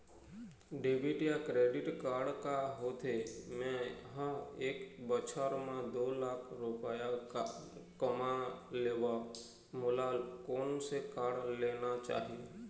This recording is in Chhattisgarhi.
डेबिट या क्रेडिट कारड का होथे, मे ह एक बछर म दो लाख रुपया कमा लेथव मोला कोन से कारड लेना चाही?